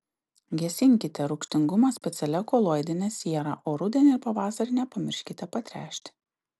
gesinkite rūgštingumą specialia koloidine siera o rudenį ir pavasarį nepamirškite patręšti